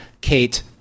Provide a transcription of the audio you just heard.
Kate